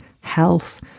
health